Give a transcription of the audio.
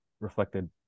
reflected